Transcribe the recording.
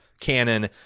canon